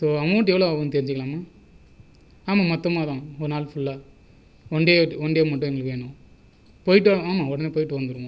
so amount எவ்வளோ ஆகும்ன்னு தெரிஞ்சிக்கலாமா ஆமாம் மொத்தமாக தான் ஒரு நாள் ஃபுல்லாக one day out one day மட்டும் எங்களுக்கு வேணும் போயிட்டு வாங்க ஆமாம் உடனே போயிட்டு வந்துரனும்